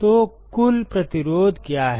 तो कुल प्रतिरोध क्या है